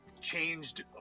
changed